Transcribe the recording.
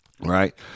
right